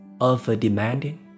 over-demanding